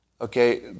Okay